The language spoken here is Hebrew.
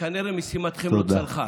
שכנראה משימתכם לא צלחה.